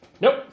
Nope